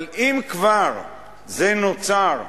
אבל אם כבר זה נוצר,